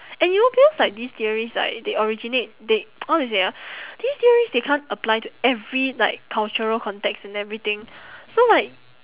and you know because like these theories like they originate they how do you say ah these theories they can't apply to every like cultural context and everything so like